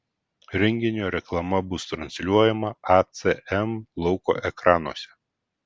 renginio reklama bus transliuojama acm lauko ekranuose